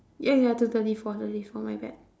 ya ya to thirty four thirty four my bad